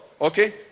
Okay